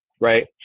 Right